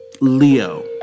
Leo